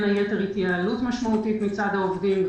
היתר התייעלות משמעותית מצד העובדים,